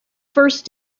first